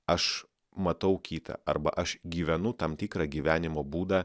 aš matau kitą arba aš gyvenu tam tikrą gyvenimo būdą